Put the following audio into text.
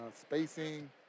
spacing